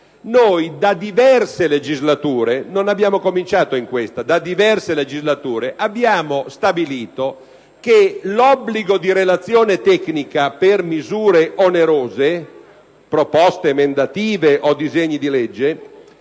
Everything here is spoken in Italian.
in questa - abbiamo stabilito che l'obbligo di relazione tecnica per misure onerose (proposte emendative o disegni di legge)